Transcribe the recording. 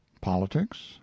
Politics